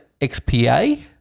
XPA